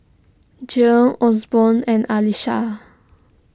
Gil Osborn and Alysha